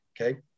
okay